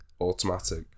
automatic